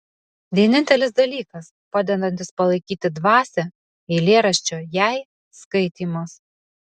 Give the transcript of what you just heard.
vienintelis dalykas padedantis palaikyti dvasią eilėraščio jei skaitymas